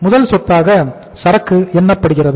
முதல் சொத்தாக சரக்கு எண்ணப்படுகிறது